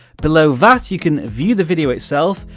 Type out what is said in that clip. below that, you can view the video itself,